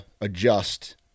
adjust